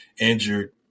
injured